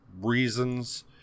reasons